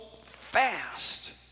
fast